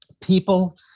people